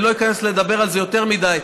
אני לא איכנס לדבר על זה יותר מדי,